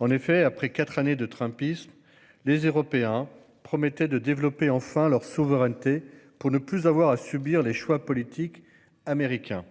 En effet, après quatre années de trumpisme, les Européens promettaient de développer enfin leur souveraineté pour ne plus avoir à subir les choix politiques américains.